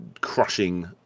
crushing